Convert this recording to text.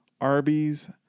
Arby's